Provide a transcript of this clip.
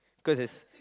cause there's